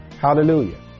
Hallelujah